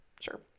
Sure